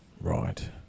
right